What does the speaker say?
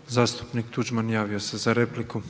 (MOST)** Zastupnik Tuđman javio se za repliku.